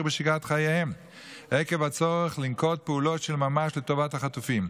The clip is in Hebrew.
בשגרת חייהם עקב הצורך לנקוט פעולות של ממש לטובת החטופים.